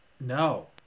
No